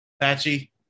Patchy